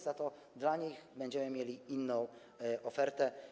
Za to dla nich będziemy mieli inną ofertę.